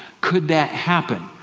could that happen?